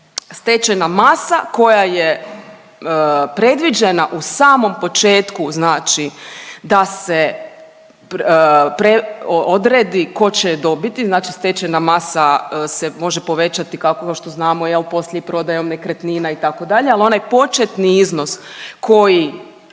stečajna masa koja je predviđena u samom početku, znači da se odredi tko će dobiti, znači stečajna masa se može povećati kao što znamo poslije i prodajom nekretnina itd. Ali onaj početni iznos koji